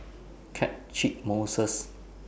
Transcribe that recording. Catchick Moses